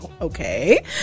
Okay